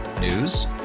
News